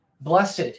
Blessed